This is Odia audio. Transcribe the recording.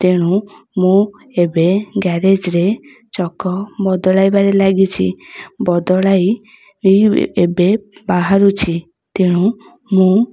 ତେଣୁ ମୁଁ ଏବେ ଗ୍ୟାରେଜ୍ରେ ଚକ ବଦଳାଇବାରେ ଲାଗିଛି ବଦଳାଇ ଏବେ ବାହାରୁଛି ତେଣୁ ମୁଁ